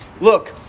look